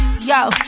yo